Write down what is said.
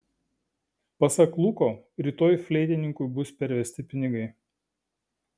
pasak luko rytoj fleitininkui bus pervesti pinigai